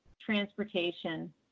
transportation